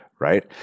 right